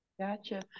Gotcha